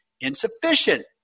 insufficient